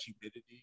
humidity